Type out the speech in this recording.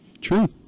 True